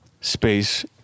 space